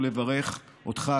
ולברך אותך,